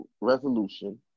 resolution